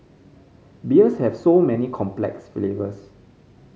beers have so many complex flavours